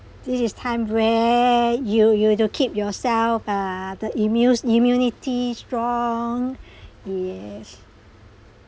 this is time where you you have to keep yourself uh the immunes immunity strong yes